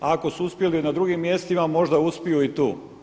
Ako su uspjeli na drugim mjestima, možda uspiju i tu.